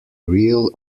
real